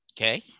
Okay